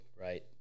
Right